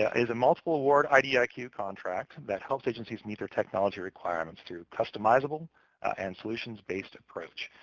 ah is a multiple-award idiq like yeah contract that helps agencies meet their technology requirements through customizable and solutions-based approach.